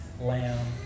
lamb